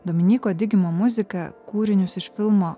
dominyko digimo muziką kūrinius iš filmo